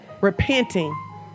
repenting